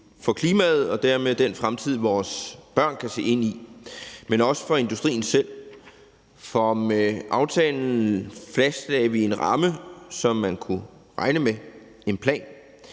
for klimaet og dermed den fremtid, vores børn kan se ind i, men også for industrien selv. For med aftalen fastlagde vi en ramme, som man kunne regne med – en plan.